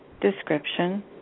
description